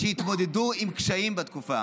שהתמודדו עם קשיים בתקופה.